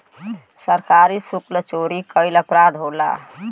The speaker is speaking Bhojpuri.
सरकारी सुल्क चोरी कईल अपराध होला